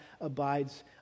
abides